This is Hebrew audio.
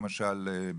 למשל,